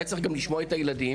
והיה צריך גם לשמוע את הילדים.